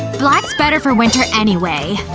black's better for winter anyway.